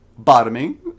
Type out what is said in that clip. bottoming